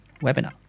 webinar